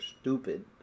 stupid